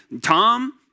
Tom